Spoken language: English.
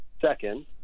second